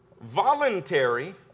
voluntary